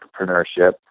entrepreneurship